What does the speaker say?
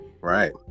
right